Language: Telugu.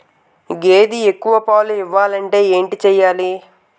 గేదె ఎక్కువ పాలు ఇవ్వాలంటే ఏంటి చెయాలి?